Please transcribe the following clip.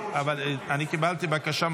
חבר הכנסת כץ, בבקשה.